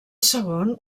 segon